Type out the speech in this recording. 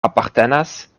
apartenas